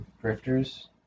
drifters